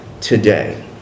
today